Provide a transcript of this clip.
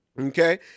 Okay